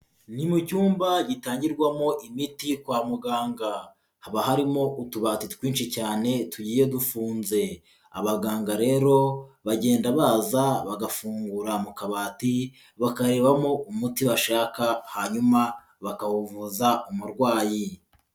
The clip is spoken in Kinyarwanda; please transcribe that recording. Ni mu cyumba gitangirwamo imiti kwa muganga, haba harimo utubati twinshi cyane tugiye dufunze, abaganga rero bagenda baza bagafungura mu kabati, bakarebamo umuti bashaka hanyuma bakawuvuza umurwayi.